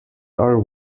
are